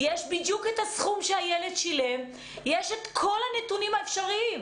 ויש בדיוק הסכום שהילד שילם ויש כל הנתונים האפשריים.